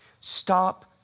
stop